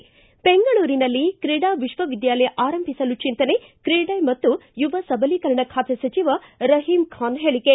ಿ ಬೆಂಗಳೂರಿನಲ್ಲಿ ಕ್ರೀಡಾ ವಿಕ್ವ ವಿದ್ಯಾಲಯ ಆರಂಭಿಸಲು ಚಿಂತನೆ ಕ್ರೀಡೆ ಮತ್ತು ಯುವ ಸಬಲೀಕರಣ ಖಾತೆ ಸಚಿವ ರಹೀಂಖಾನ್ ಹೇಳಿಕೆ